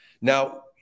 Now